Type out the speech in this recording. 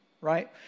Right